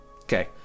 Okay